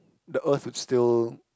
the earth will still